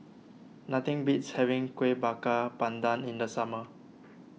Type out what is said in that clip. nothing beats having Kuih Bakar Pandan in the summer